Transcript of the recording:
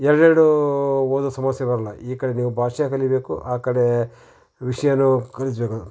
ಎರಡು ಎರಡು ಓದೋ ಸಮಸ್ಯೆ ಬರಲ್ಲ ಈ ಕಡೆ ನೀವು ಭಾಷೆ ಕಲಿಯಬೇಕು ಆ ಕಡೆ ವಿಷಯನೂ ಕಲಿಸ್ಬೇಕು